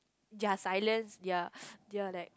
ya silent ya they're like